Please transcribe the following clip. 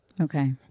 Okay